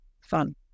fun